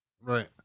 right